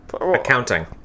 Accounting